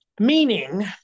meaning